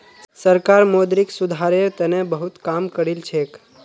सरकार मौद्रिक सुधारेर तने बहुत काम करिलछेक